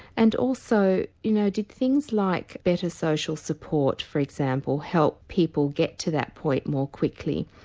and also, you know did things like better social support for example help people get to that point more quickly,